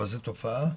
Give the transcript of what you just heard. זו תופעה,